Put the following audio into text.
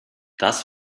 das